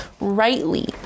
rightly